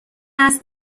است